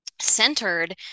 centered